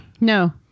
no